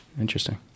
Interesting